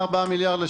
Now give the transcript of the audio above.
מיליארד,